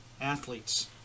athletes